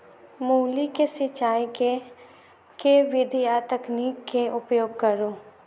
मूली केँ सिचाई केँ के विधि आ तकनीक केँ उपयोग करू?